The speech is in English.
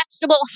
vegetable